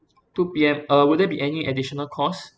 two P_M uh would there be any additional costs